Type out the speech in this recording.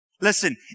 Listen